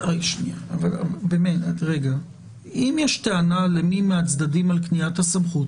אם יש טענה למי מהצדדים על קניית הסמכות,